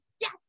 yes